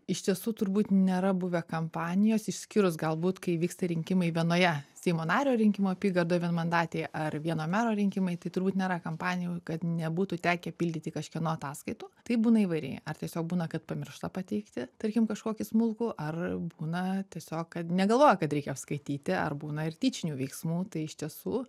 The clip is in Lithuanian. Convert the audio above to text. iš tiesų turbūt nėra buvę kampanijos išskyrus galbūt kai vyksta rinkimai vienoje seimo nario rinkimų apygardoj vienmandatėje ar vieno mero rinkimai tai turbūt nėra kampanijų kad nebūtų tekę pildyti kažkieno ataskaitų tai būna įvairiai ar tiesiog būna kad pamiršta pateikti tarkim kažkokį smulkų ar būna tiesiog negalvoja kad reikia apskaityti ar būna ir tyčinių veiksmų tai iš tiesų